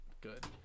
good